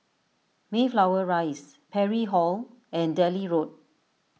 Mayflower Rise Parry Hall and Delhi Road